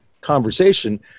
conversation